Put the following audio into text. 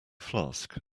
flask